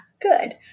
good